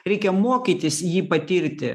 reikia mokytis jį patirti